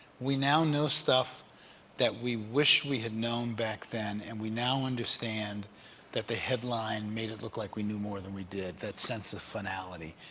we now know stuff that we wish we had known back then and we now understand that the headline made it look like we knew more than we did, that sense of finality,